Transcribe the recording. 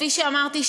כפי שאמרתי,